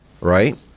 right